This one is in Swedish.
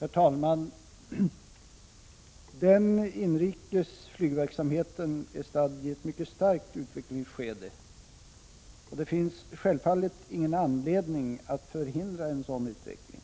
Herr talman! Den inrikes flygverksamheten är stadd i ett mycket starkt utvecklingsskede, och det finns självfallet ingen anledning att förhindra en sådan utveckling.